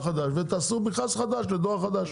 ותעשו מכרז חדש לדואר חדש.